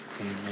Amen